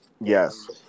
Yes